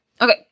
okay